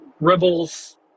Rebels